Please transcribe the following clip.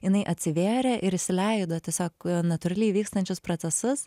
jinai atsivėrė ir įsileido tiesiog natūraliai vykstančius procesus